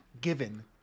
given